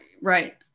right